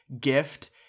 gift